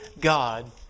God